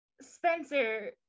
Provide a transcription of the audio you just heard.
Spencer